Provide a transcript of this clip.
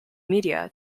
media